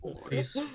please